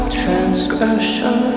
transgression